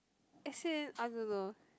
as in I don't know